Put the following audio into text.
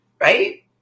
Right